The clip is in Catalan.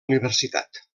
universitat